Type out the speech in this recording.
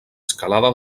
escalada